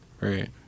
right